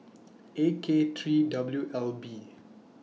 A K three W L B